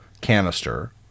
canister